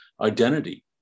identity